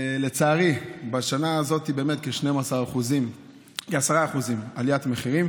לצערי, בשנה הזאת הייתה באמת עליית מחירים